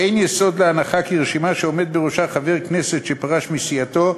אין יסוד להנחה שרשימה שעומד בראשה חבר הכנסת שפרש מסיעתו,